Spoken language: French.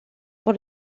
pour